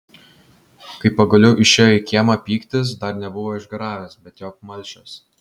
kai pagaliau išėjo į kiemą pyktis dar nebuvo išgaravęs bet jau apmalšęs